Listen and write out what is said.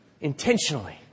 intentionally